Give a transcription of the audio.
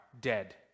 dead